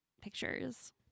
pictures